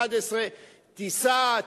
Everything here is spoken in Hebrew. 11:00. תיסע,